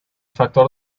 factor